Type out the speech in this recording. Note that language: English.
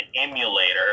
emulator